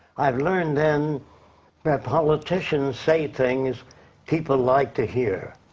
i've learned then that politicians say things people like to hear.